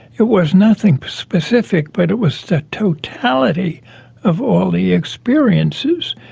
it was nothing specific but it was the totality of all the experiences.